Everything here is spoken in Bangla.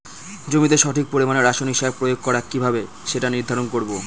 জমিতে সঠিক পরিমাণে রাসায়নিক সার প্রয়োগ করা কিভাবে সেটা নির্ধারণ করব?